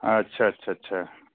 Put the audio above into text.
अच्छा अच्छा अच्छा